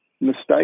mistake